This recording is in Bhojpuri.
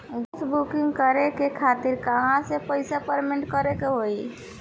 गॅस बूकिंग करे के खातिर कहवा से पैसा पेमेंट करे के होई?